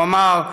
הוא אמר: